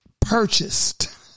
purchased